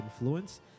influence